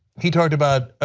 he talked about,